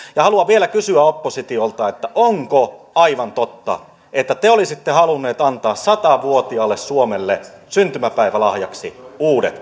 haluan vielä kysyä oppositiolta onko aivan totta että te olisitte halunneet antaa sata vuotiaalle suomelle syntymäpäivälahjaksi uudet